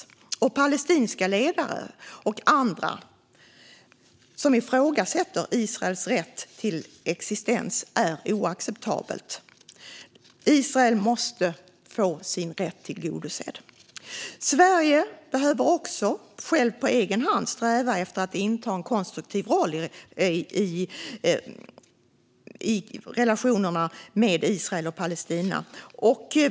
Det är oacceptabelt att palestinska ledare och andra ifrågasätter Israels rätt till existens. Israel måste få sin rätt tillgodosedd. Sverige behöver också självt på egen hand sträva efter att inta en konstruktiv roll i relationerna med Israel och Palestina.